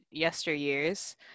yesteryears